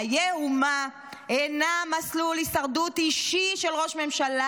חיי אומה אינם מסלול הישרדות אישי של ראש ממשלה,